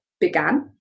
began